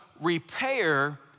repair